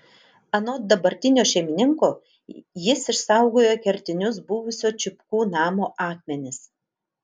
anot dabartinio šeimininko jis išsaugojo kertinius buvusio čipkų namo akmenis